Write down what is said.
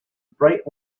bright